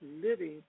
living